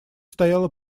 стояла